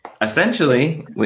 Essentially